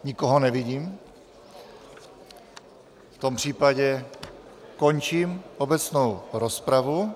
Nikoho nevidím, v tom případě končím obecnou rozpravu.